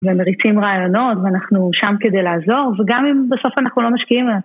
ומריצים רעיונות, ואנחנו שם כדי לעזור, וגם אם בסוף אנחנו לא משקיעים.